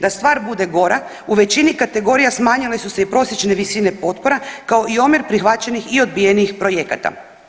Da stvar bude gora, u većini kategorija smanjile su se i prosječne visine potpora, kao i omjer prihvaćenih i odbijenih projekata.